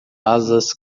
asas